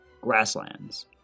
Grasslands